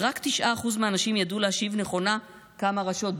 ורק 9% מהנשים ידעו להשיב נכונה כמה רשויות,